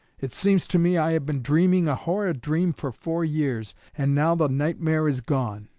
it seems to me i have been dreaming a horrid dream for four years, and now the nightmare is gone.